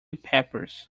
peppers